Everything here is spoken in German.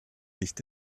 nicht